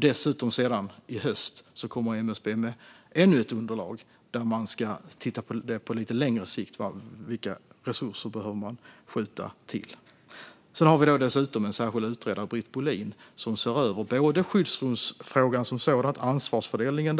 Dessutom kommer MSB i höst med ännu ett underlag, där man ska titta på vilka resurser man behöver skjuta till på lite längre sikt. Sedan har vi då en särskild utredare, Britt Bohlin, som ser över skyddsrumsfrågan som sådan och ansvarsfördelningen